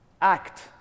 act